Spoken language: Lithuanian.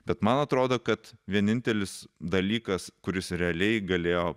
bet man atrodo kad vienintelis dalykas kuris realiai galėjo